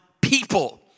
people